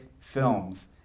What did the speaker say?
films